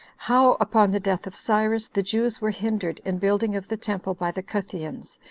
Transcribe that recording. how upon the death of cyrus the jews were hindered in building of the temple by the cutheans,